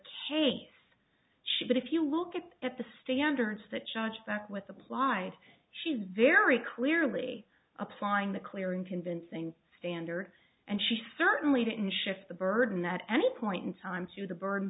case she but if you look at at the standards that judge that with applied she's very clearly applying the clear and convincing standard and she certainly didn't shift the burden that at any point in time to the bur